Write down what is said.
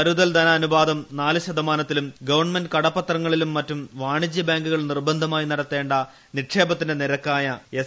കരുതൽ ധന അനുപാതട്ട് പൂശ്തമാനത്തിലും ഗവൺമെന്റ് കടപ്പത്രങ്ങളിലും മറ്റും വാണിജ്യ ബ്രിങ്കുകൾ നിർബന്ധമായി നടത്തേണ്ട നിക്ഷേപത്തിന്റെ നീര്ക്കാട്യ എസ്